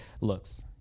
Looks